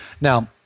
Now